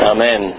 Amen